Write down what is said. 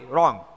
Wrong